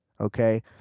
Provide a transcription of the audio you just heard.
okay